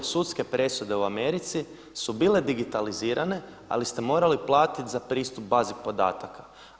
Sudske presude u Americi su bile digitalizirane, ali ste morali platiti za pristup bazi podataka.